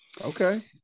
Okay